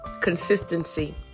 consistency